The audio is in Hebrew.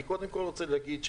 אני קודם כול רוצה להגיד,